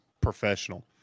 professional